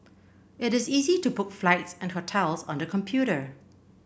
it is easy to book flights and hotels on the computer